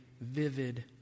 vivid